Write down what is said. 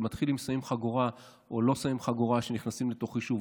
זה מתחיל באם שמים חגורה או לא שמים חגורה כשנכנסים לתוך יישוב.